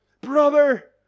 Brother